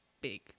big